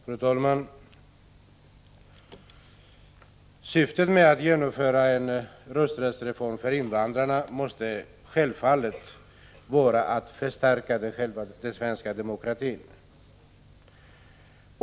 Fru talman! Syftet med att genomföra en rösträttsreform för invandrarna måste självfallet vara att förstärka den svenska demokratin.